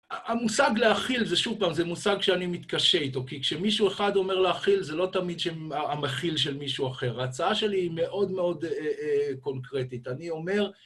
המושג להכיל זה שוב פעם, זה מושג שאני מתקשה איתו, כי כשמישהו אחד אומר להכיל, זה לא תמיד המכיל של מישהו אחר. ההצעה שלי היא מאוד מאוד קונקרטית. אני אומר,